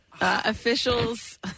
Officials